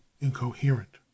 incoherent